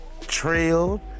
trailed